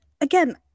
again